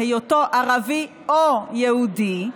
היותו ערבי או יהודי,